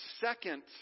second